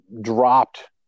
dropped